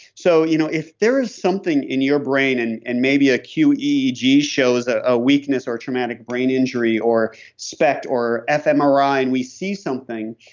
so you know if there is something in your brain and and maybe acute eeg shows a ah weakness or traumatic brain injury or speck or fmri and we see something,